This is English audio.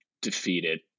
defeated